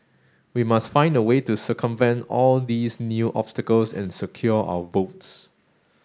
we must find a way to circumvent all these new obstacles and secure our votes